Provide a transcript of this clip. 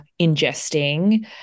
ingesting